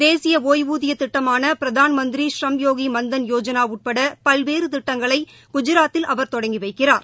தேசிய ஓய்வூதிய திட்டமான பிரதான் மந்திரி ஷ்ரம் யோகி மன்தன் யோஜனா உட்பட பல்வேறு திட்டங்களை குஜராத்தில அவர் தொடங்கி வைக்கிறார்